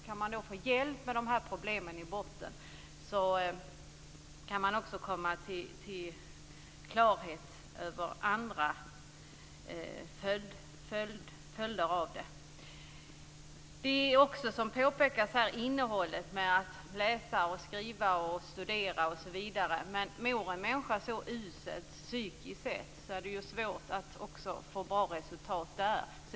Kan de då få hjälp med de problem som ligger i botten kan de också komma till klarhet med andra följder av detta. Det handlar också, som påpekats här, om innehållet, att läsa, skriva, studera osv. Men mår en människa så uselt psykiskt sett är det också svårt att få bra resultat där.